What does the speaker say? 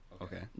Okay